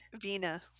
Vina